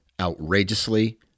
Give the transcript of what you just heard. outrageously